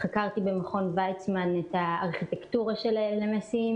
חקרתי במכון ויצמן את הארכיטקטורה של ה-LMS,